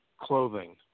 clothing